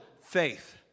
faith